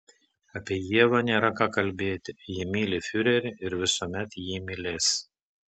apie ievą nėra ką kalbėti ji myli fiurerį ir visuomet jį mylės